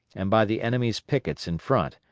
and by the enemy's pickets in front,